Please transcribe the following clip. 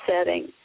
setting